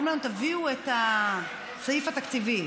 אומרים לנו: תביאו את הסעיף התקציבי,